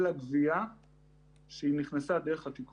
למעלה מ-5 מיליארד שקלים במבצע הזה.